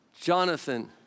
Jonathan